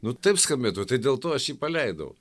nu taip skambėtų tai dėl to aš jį paleidau